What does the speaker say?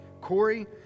Corey